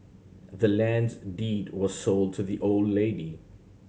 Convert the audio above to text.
the land's deed was sold to the old lady